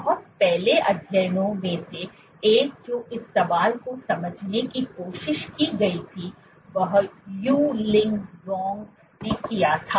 बहुत पहले अध्ययनों में से एक जो इस सवाल को समझने की कोशिश की गई थी वह यू ली वांग ने किया था